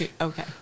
Okay